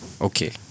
Okay